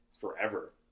forever